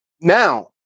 Now